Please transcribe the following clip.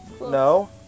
No